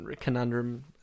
conundrum